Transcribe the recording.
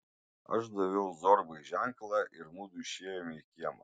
aš daviau zorbai ženklą ir mudu išėjome į kiemą